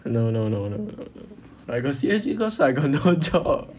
no no no no I got C_S_G cause I got no job